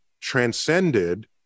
transcended